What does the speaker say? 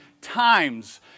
times